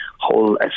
whole